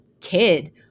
kid